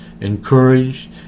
encouraged